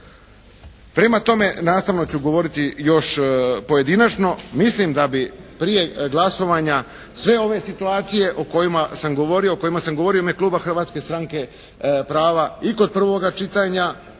Prema tome, nastavno ću govoriti još pojedinačno. Mislim da bi prije glasovanja sve ove situacije o kojima sam govorio, o kojima sam govorio u ime kluba Hrvatske stranke prava i kod prvoga čitanja